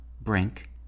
brink